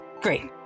Great